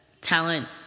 talent